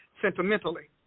sentimentally